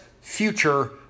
future